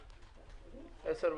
פה ב-10:25.